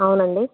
అవునండి